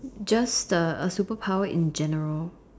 just the a superpower in general